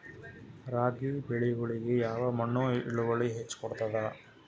ರಾಗಿ ಬೆಳಿಗೊಳಿಗಿ ಯಾವ ಮಣ್ಣು ಇಳುವರಿ ಹೆಚ್ ಕೊಡ್ತದ?